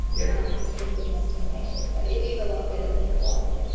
yeah um because people are just impatient but it is a lot better than it was.